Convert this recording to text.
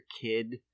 kid